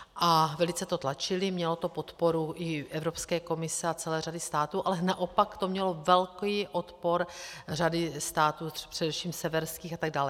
A velice to tlačili, mělo to podporu i Evropské komise a celé řady států, ale naopak to mělo velký odpor řady států, především severských atd.